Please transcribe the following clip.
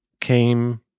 came